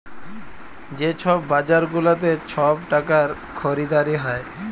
যে ছব বাজার গুলাতে ছব টাকার খরিদারি হ্যয়